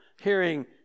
hearing